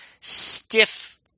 stiff